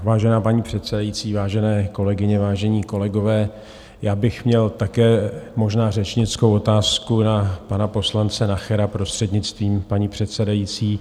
Vážená paní předsedající, vážené kolegyně, vážení kolegové, já bych měl také možná řečnickou otázku na pana poslance Nachera, prostřednictvím paní předsedající.